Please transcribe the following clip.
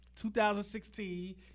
2016